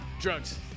Drugs